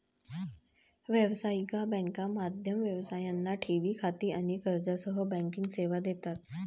व्यावसायिक बँका मध्यम व्यवसायांना ठेवी खाती आणि कर्जासह बँकिंग सेवा देतात